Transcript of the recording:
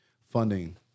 funding